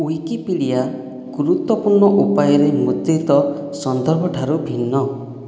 Wikipedia ଗୁରୁତ୍ୱପୂର୍ଣ୍ଣ ଉପାୟରେ ମୁଦ୍ରିତ ସନ୍ଦର୍ଭ ଠାରୁ ଭିନ୍ନ